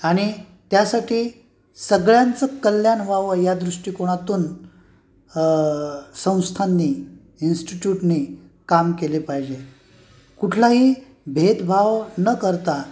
आणि त्यासाठी सगळ्यांचं कल्याण व्हावं या दृष्टिकोनातून संस्थांनी इन्स्टिट्यूटनी काम केले पाहिजे कुठलाही भेदभाव न करता